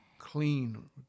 clean